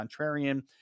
contrarian